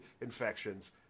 infections